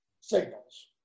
signals